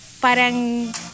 parang